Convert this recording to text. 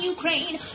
Ukraine